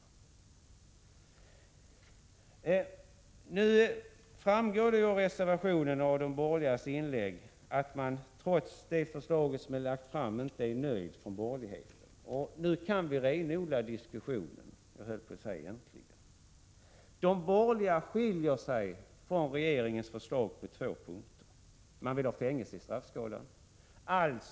Det framgår av reservationerna och av de borgerligas inlägg att de trots detta förslag inte är nöjda, och nu kan vi alltså renodla diskussionen. De borgerligas förslag skiljer sig från regeringens förslag på två punkter. De vill ha fängelse i straffskalan.